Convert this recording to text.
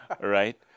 right